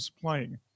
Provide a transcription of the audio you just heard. playing